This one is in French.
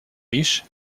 riche